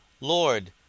Lord